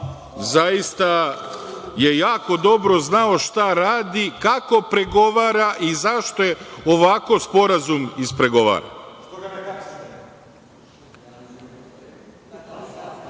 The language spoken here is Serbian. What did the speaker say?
zaista je jako dobro znao šta radi, kako pregovara i zašto je ovako sporazum ispregovaran. Slažem